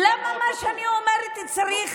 למה מה שאני אומרת צריך